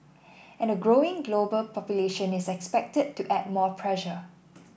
and a growing global population is expected to add more pressure